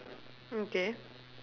okay